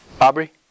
Aubrey